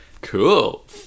cool